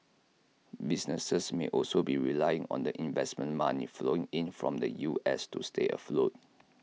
businesses may also be relying on the investment money flowing in from the U S to stay afloat